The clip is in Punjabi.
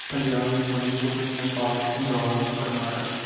ਪੰਜਾਬ ਮਨੀਪੁਰ ਨੇਪਾਲ ਇੰਦੌਰ ਕਰਨਾਟਕ